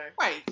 right